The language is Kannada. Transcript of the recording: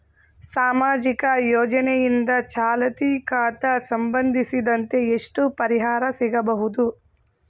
ಸಾಮಾಜಿಕ ಯೋಜನೆಯಿಂದ ಚಾಲತಿ ಖಾತಾ ಸಂಬಂಧಿಸಿದಂತೆ ಎಷ್ಟು ಪರಿಹಾರ ಸಿಗಬಹುದು?